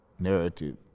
narrative